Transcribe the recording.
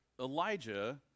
Elijah